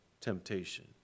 temptation